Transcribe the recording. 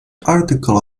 article